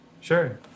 sure